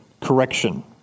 correction